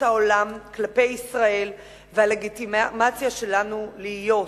העולם כלפי ישראל והלגיטימציה שלנו להיות.